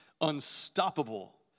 unstoppable